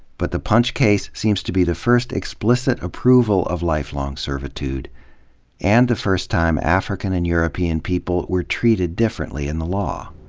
but the punch case seems to be the first explicit approval of lifelong servitude and the first time african and european people were treated differently in the law.